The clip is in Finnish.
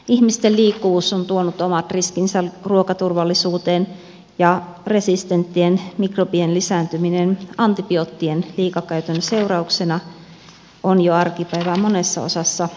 ihmisten liikkuvuus on tuonut omat riskinsä ruokaturvallisuuteen ja resistenttien mikrobien lisääntyminen antibioottien liikakäytön seurauksena on jo arkipäivää monessa osassa maailmaa